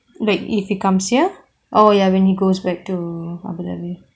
like if he comes here oh ya when he goes back to abu dhabi